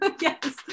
Yes